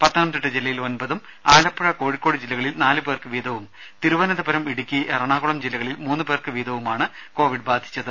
പത്തനംതിട്ട ജില്ലയിൽ ഒമ്പതും ആലപ്പുഴ കോഴിക്കോട് ജില്ലകളിൽ നാലു പേർക്ക് വീതവും തിരുവനന്തപുരം ഇടുക്കി എറണാകുളം ജില്ലകളിൽ മൂന്നു പേർക്ക് വീതവുമാണ് കോവിഡ് ബാധിച്ചത്